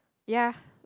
ya